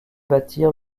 bâtir